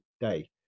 day